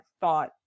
thought